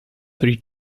three